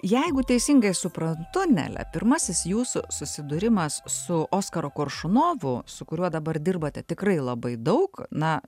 jeigu teisingai suprantu nele pirmasis jūsų susidūrimas su oskaru koršunovu su kuriuo dabar dirbate tikrai labai daug na